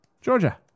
Georgia